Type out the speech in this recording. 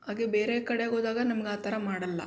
ಹಾಗೆ ಬೇರೆ ಕಡೆಗೆ ಹೋದಾಗ ನಮ್ಗೆ ಆ ಥರ ಮಾಡೋಲ್ಲ